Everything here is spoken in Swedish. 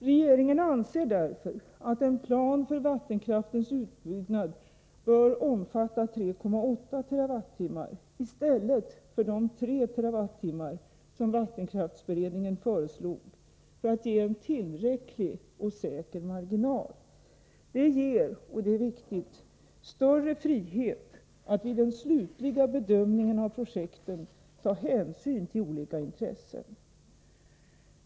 Regeringen anser därför att en plan för vattenkraftens utbyggnad bör omfatta 3,8 TWh -— i stället för de 3 TWh som vattenkraftsberedningen föreslog — för att ge en tillräcklig och säker marginal. Det ger — och det är viktigt — större frihet att vid den slutliga bedömningen av projekten ta hänsyn till olika intressen.